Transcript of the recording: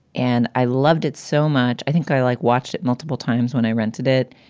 and i loved it so much. i think i like watch it multiple times when i rented it.